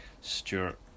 Stewart